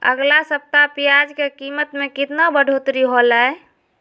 अगला सप्ताह प्याज के कीमत में कितना बढ़ोतरी होलाय?